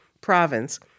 province